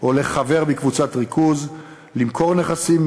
או לחבר מקבוצת ריכוז למכור נכסים,